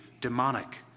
demonic